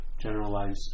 generalized